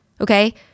Okay